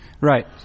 Right